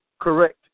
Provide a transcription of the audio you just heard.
correct